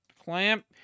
clamp